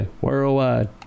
Worldwide